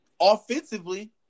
offensively